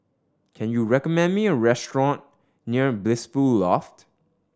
can you recommend me a restaurant near Blissful Loft